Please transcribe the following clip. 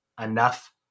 enough